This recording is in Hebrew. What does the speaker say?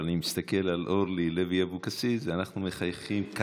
אבל אני מסתכל על אורלי לוי אבקסיס ואנחנו מחייכים,